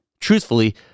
truthfully